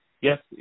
yes